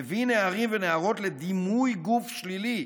מביא נערים ונערות לדימוי גוף שלילי,